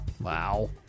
Wow